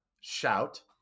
shout